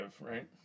right